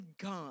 God